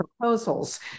proposals